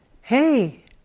hey